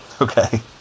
okay